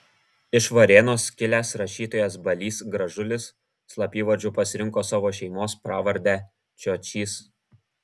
iš varėnos kilęs rašytojas balys gražulis slapyvardžiu pasirinko savo šeimos pravardę čiočys